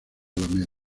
alameda